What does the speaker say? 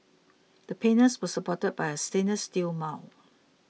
the panels were supported by a stainless steel mount